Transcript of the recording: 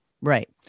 Right